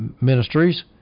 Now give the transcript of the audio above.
ministries